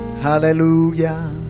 Hallelujah